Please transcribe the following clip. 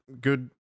good